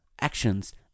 actions